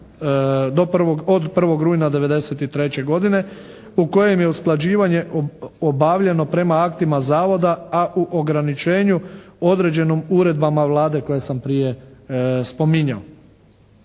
od 1. rujna '93. godine u kojem je usklađivanje obavljeno prema aktima zavoda a u ograničenju određenom uredbama Vlade koje sam prije spominjao.